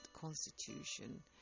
constitution